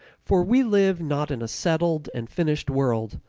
for we live not in a settled and finished world,